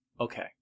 Okay